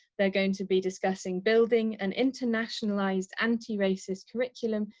they're going to be discussing building an internationalized anti-racist curriculum.